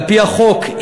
על-פי החוק,